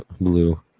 blue